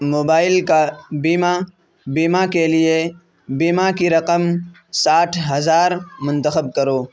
mobile کا بیمہ بیمہ کے لیے بیمہ کی رقم ساٹھ ہزار منتخب کرو